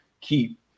keep